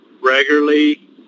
regularly